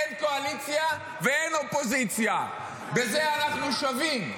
אין קואליציה ואין אופוזיציה, בזה אנחנו שווים.